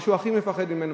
מה שהוא הכי מפחד ממנו,